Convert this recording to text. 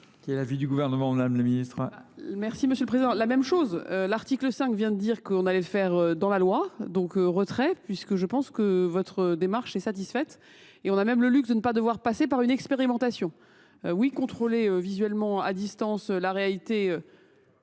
Merci, Monsieur le Président. La même chose. L'article 5 vient de dire qu'on allait le faire dans la loi, donc retrait, puisque je pense que votre démarche est satisfaite. Et on a même le luxe de ne pas devoir passer par une expérimentation. Oui, contrôler visuellement à distance la réalité.